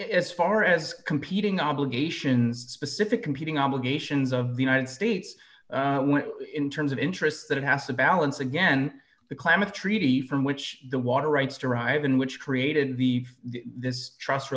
as far as competing obligations specific competing obligations of the united states in terms of interest that it has to balance again the climate treaty from which the water rights arrive in which created the t